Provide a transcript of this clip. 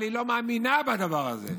אבל היא לא מאמינה בדבר הזה.